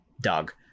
Doug